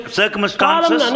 circumstances